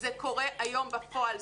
זה קורה היום בפועל.